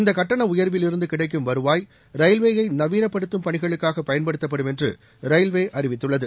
இந்தக் கட்டண உயர்விலிருந்து கிடைக்கும் வருவாய் ரயில்வேயை நவீனப்படுத்தும் பணிகளுக்காக பயன்படுத்தப்படும் என்று ரயில்வே அறிவித்துள்ளது